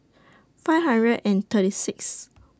five hundred and thirty Sixth